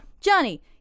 Johnny